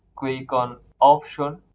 click on options.